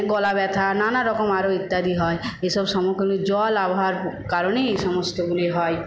গলা ব্যথা নানারকম আরো ইত্যাদি হয় এইসব জল আবহাওয়ার কারণে এই সমস্তগুলি হয়